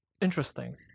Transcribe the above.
Interesting